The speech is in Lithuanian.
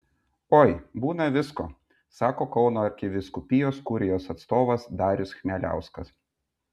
oi būna visko sako kauno arkivyskupijos kurijos atstovas darius chmieliauskas